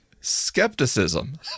skepticism